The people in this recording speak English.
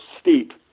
steep